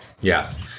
Yes